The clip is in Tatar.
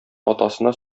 атасына